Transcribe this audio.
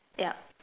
yup